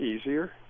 easier